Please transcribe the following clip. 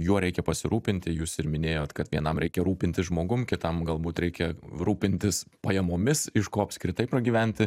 juo reikia pasirūpinti jūs ir minėjot kad vienam reikia rūpintis žmogum kitam galbūt reikia rūpintis pajamomis iš ko apskritai pragyventi